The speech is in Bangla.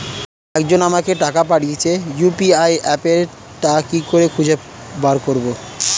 একজন আমাকে টাকা পাঠিয়েছে ইউ.পি.আই অ্যাপে তা কি করে খুঁজে বার করব?